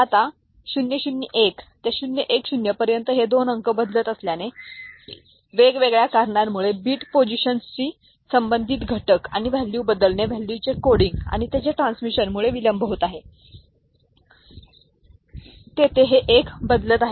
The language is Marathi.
आता 001 ते 010 पर्यंत हे दोन अंक बदलत असल्याने वेगवेगळ्या कारणांमुळे बिट पोझिशन्सशी संबंधित घटक आणि व्हॅल्यू बदलणे व्हॅल्यूचे कोडिंग आणि त्याचे ट्रान्समिशन यामुळे विलंब होत आहे तेथे हे 1 बदलत आहे